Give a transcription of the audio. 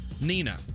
Nina